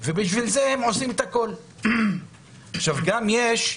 והם עושים הכול בשביל זה.